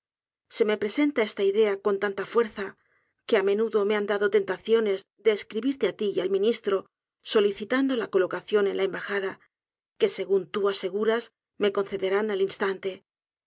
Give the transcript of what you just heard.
se me presenta esta idea con tanta fuerza que á menudo me han dado tentaciones de escribirte ti y al ministro solicitando la colocación en la embajada que según tú aseguras me concederán al instante